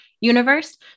universe